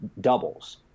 doubles